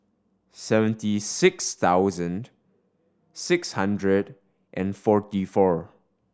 seventy six thousand six hundred and forty four